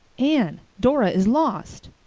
anne, dora is lost!